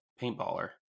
paintballer